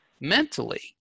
mentally